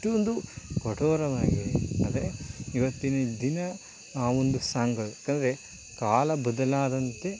ಅಷ್ಟೊಂದು ಕಠೋರವಾಗಿದೆ ಆದರೆ ಇವತ್ತಿನ ದಿನ ಆ ಒಂದು ಸಾಂಗ್ಗಳು ಯಾಕೆಂದ್ರೆ ಕಾಲ ಬದಲಾದಂತೆ